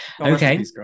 Okay